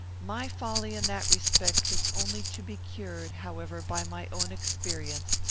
my folly, in that respect, was only to be cured, however, by my own experience,